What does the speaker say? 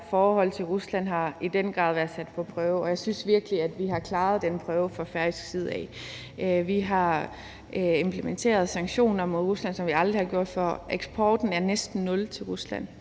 forhold til Rusland har i den grad været sat på prøve, og jeg synes virkelig, at vi har klaret den prøve fra færøsk side. Vi har implementeret sanktioner mod Rusland, som vi aldrig har gjort før, eksporten til Rusland